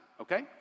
okay